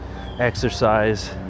exercise